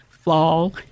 fall